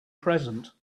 present